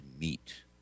meet